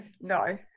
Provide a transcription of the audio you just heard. no